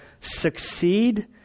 succeed